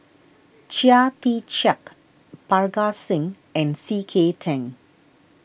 Chia Tee Chiak Parga Singh and C K Tang